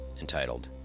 entitled